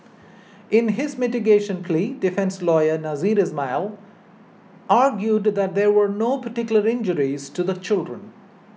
in his mitigation plea defence lawyer Nasser Ismail argued that there were no particular injuries to the children